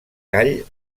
call